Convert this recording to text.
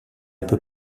peu